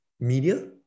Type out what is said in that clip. Media